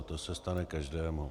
To se stane každému.